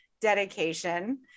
dedication